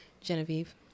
Genevieve